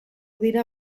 dira